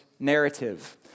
Narrative